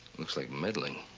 looks like meddling.